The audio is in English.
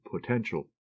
potential